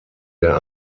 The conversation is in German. der